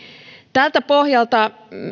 tältä pohjalta